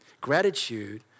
Gratitude